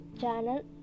channel